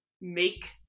make